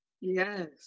Yes